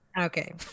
Okay